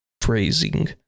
phrasing